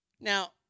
Now